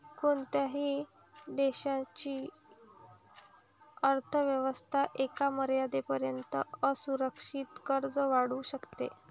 कोणत्याही देशाची अर्थ व्यवस्था एका मर्यादेपर्यंतच असुरक्षित कर्ज वाढवू शकते